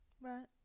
Right